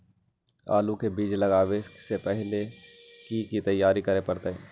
आलू के बीज के लगाबे से पहिले की की तैयारी करे के परतई?